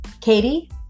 Katie